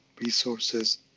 resources